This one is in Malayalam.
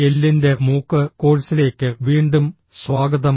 എല്ലിന്റെ മൂക്ക് കോഴ്സിലേക്ക് വീണ്ടും സ്വാഗതം